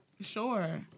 Sure